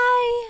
Bye